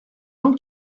gens